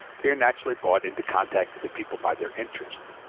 they are naturally brought into contact with the people by their interests.